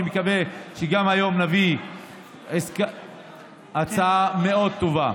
אני מקווה שגם היום נביא הצעה מאוד טובה.